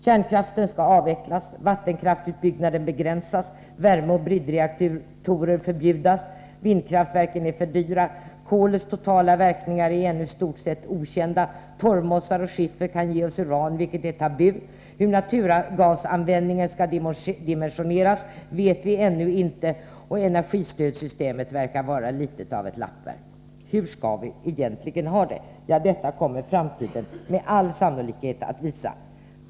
Kärnkraften skall avvecklas, vattenkraftsutbyggnaden begränsas och värmeoch bridreaktorer förbjudas, vindkraftverken är för dyra, kolets totala verkningar är ännu i stort sett okända, torvmossar och skiffer kan ge oss uran, vilket är tabu, hur naturgasanvändningen skall dimensioneras vet vi ännu inte, och energistödsystemet verkar vara litet av ett lappverk. Hur skall vi egentligen ha det? Det kommer framtiden med all sannolikhet att visa.